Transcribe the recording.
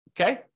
okay